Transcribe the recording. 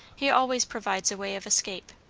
he always provides a way of escape.